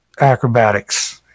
acrobatics